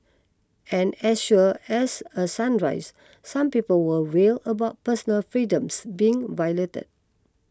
and as sure as a sunrise some people will wail about personal freedoms being violated